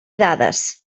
dades